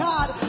God